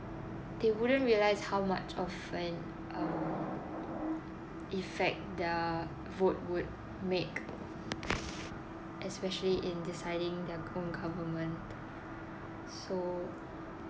they wouldn't realise how much of an um effect their vote would make especially in deciding their own government so